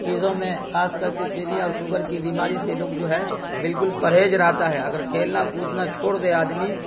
چیزوں میں خاص کر کے چینی اور شوگر کی بیماری سے لوگ جو ہے بالکل پرہیز رہتا ہے اگر کھیلنا کودنا چھوڑ دے آدمی